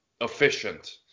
efficient